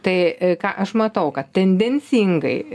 tai ką aš matau kad tendencingai